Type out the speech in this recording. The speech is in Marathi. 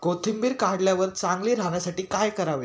कोथिंबीर काढल्यावर चांगली राहण्यासाठी काय करावे?